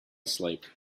asleep